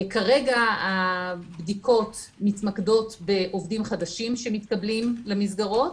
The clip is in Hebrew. כרגע הבדיקות מתמקדות בעובדים חדשים שמתקבלים למסגרות,